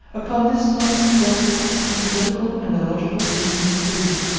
upon this point, therefore, the political and the logical reasons agree,